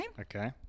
Okay